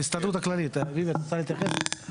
וההסדר הזה יחול גם בבחירות האלה.